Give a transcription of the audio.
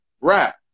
rap